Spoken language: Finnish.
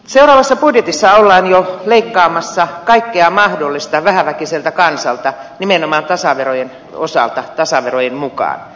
seuraavassa budjetissa ollaan jo leikkaamassa kaikkea mahdollista vähäväkiseltä kansalta nimenomaan tasaverojen osalta tasaverojen mukaan